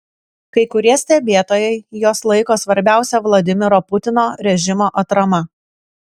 kai kurie stebėtojai juos laiko svarbiausia vladimiro putino režimo atrama